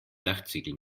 dachziegel